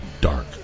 dark